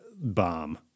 bomb